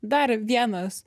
dar vienas